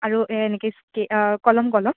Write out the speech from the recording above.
আৰু এনেকৈ স্কেল কলম কলম